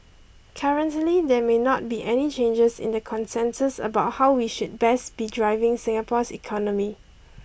currently there may not be any changes in the consensus about how we should best be driving Singapore's economy